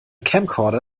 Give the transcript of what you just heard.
camcorder